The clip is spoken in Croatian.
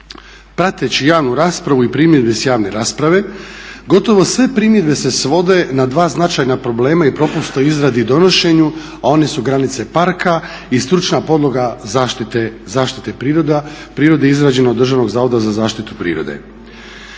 Prateći javnu raspravu i primjedbe s javne rasprave gotovo sve primjedbe se svode na dva značajna problema i propusta u izradi i donošenju, a one su granice parka i stručna podloga zaštite prirode izrađene od Državnog zavoda za zaštitu prirode.